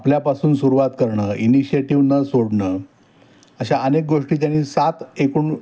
आपल्यापासून सुरुवात करणं इनिशिएटिव्ह न सोडणं अशा अनेक गोष्टी त्यांनी सात एकूण